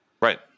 Right